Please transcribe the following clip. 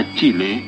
Chile